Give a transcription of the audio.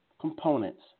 components